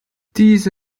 diese